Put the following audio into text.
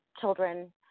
children